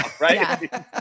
right